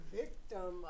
victim